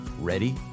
Ready